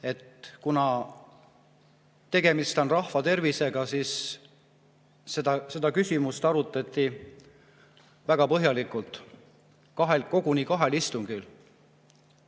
et tegemist on rahvatervisega, seetõttu seda küsimust arutati väga põhjalikult, koguni kahel istungil.